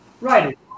Right